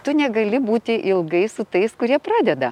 tu negali būti ilgai su tais kurie pradeda